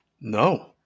No